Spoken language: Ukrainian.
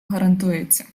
гарантується